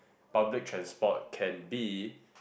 public transport can be